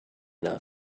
not